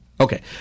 Okay